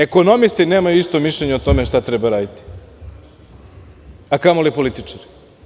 Ekonomisti nemaju isto mišljenje o tome šta treba raditi, a kamoli političari.